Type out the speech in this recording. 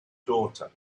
daughter